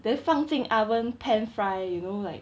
they 放进 oven pan fry you know like